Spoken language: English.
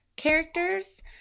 characters